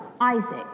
Isaac